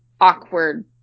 awkward